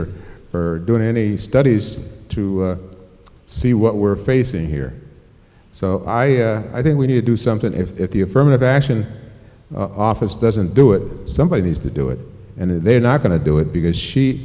or for doing any studies to see what we're facing here so i i think we need to do something if the affirmative action office doesn't do it somebody has to do it and they're not going to do it because she